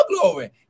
glory